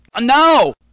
No